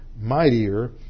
mightier